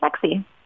sexy